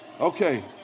Okay